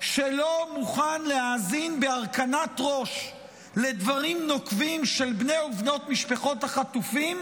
שלא מוכן להאזין בהרכנת ראש לדברים נוקבים של בני ובנות משפחות החטופים,